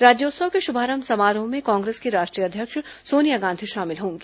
राज्योत्सव के शुभारंभ समारोह में कांग्रेस की राष्ट्रीय अध्यक्ष सोनिया गांधी शामिल होंगी